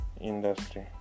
industry